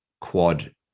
quad